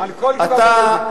אתה,